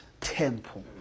temple